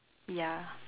ya